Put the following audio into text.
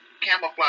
camouflage